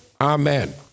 Amen